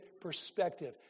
perspective